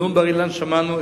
את נאום בר-אילן שמענו,